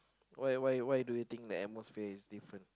why why why do you think the atmosphere is different